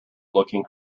looking